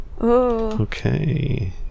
okay